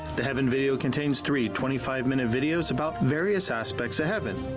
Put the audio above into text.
the heaven video contains three twenty five minute videos about various aspects of heaven.